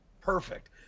Perfect